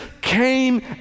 came